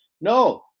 No